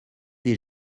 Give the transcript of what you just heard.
des